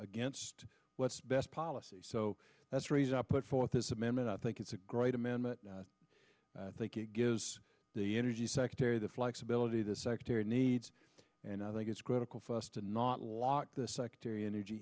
against what's best policy so that's reason i put forth this amendment i think it's a great amendment i think it gives the energy secretary the flexibility the secretary needs and i think it's critical for us to not lock the sectarian energy